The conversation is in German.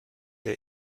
der